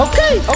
Okay